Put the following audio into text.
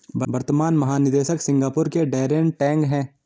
वर्तमान महानिदेशक सिंगापुर के डैरेन टैंग हैं